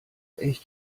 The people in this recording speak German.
echt